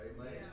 Amen